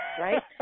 right